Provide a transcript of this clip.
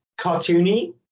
cartoony